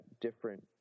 different